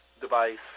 device